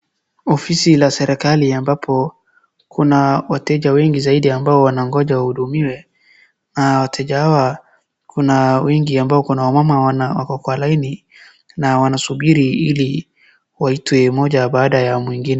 Ofisi la serikali ambapo kuna wateja wengi zaidi ambao wanangoja wahudumiwe na wateja hawa kuna wengi ambao kuna wamama wako kwa laini na wanasubiri ili waitwe mmoja baada ya mwingine.